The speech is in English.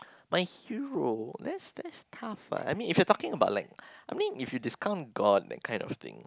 my hero that's that's tough ah I mean if you're talking about like I mean if you discount god that kind of thing